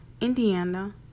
Indiana